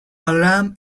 alarm